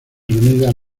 reunidas